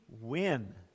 win